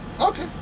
Okay